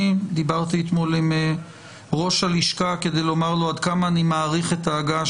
דיברתי אתמול עם ראש הלשכה כדי לומר לו עד כמה אני מעריך את ההגעה